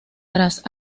tras